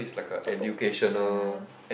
so put picture